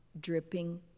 dripping